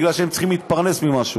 בגלל שהם צריכים להתפרנס ממשהו,